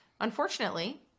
Unfortunately